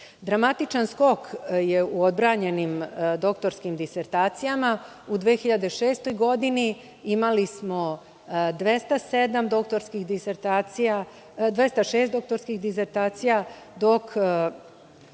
ministre. Dramatičan skok je u odbranjenim doktorskim disertacijama. U 2006. godini imali smo 206 doktorskih disertacija, dok